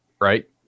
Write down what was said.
right